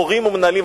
מורים ומנהלים,